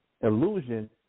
illusion